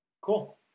Cool